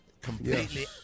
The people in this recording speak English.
Completely